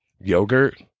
yogurt